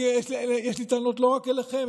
יש לי טענות לא רק אליכם,